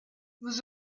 vous